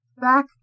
back